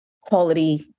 quality